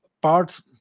parts